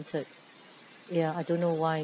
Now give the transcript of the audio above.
ya I don't know why